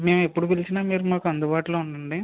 మేము ఎప్పుడు పిలిచినా మీరు మాకు అందుబాటులో ఉండండి